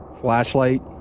Flashlight